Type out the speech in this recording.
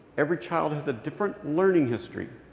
every child has a different learning history.